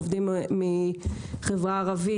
עובדים מחברה ערבית,